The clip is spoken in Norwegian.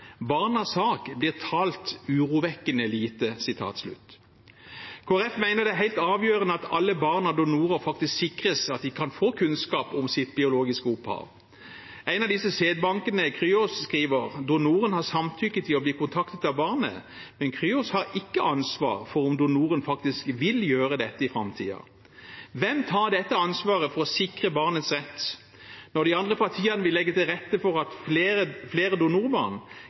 Barnas sak blir talt urovekkende lite». Kristelig Folkeparti mener det er helt avgjørende at alle barn av donorer sikres at de kan få kunnskap om sitt biologiske opphav. En av sædbankene, Cryos, skriver: Donoren har samtykket i å bli kontaktet av barnet. Men Cryos har ikke ansvar for om donoren faktisk vil gjøre dette i framtiden. Hvem tar ansvaret for å sikre barnets rett? Når de andre partiene vil legge til rette for flere donorbarn, er det oppsiktsvekkende at